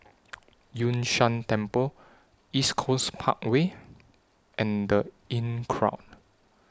Yun Shan Temple East Coast Parkway and The Inncrowd